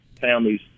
families